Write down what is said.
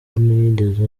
ntiyigeze